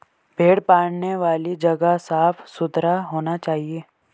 भेड़ पालने वाली जगह साफ सुथरा होना चाहिए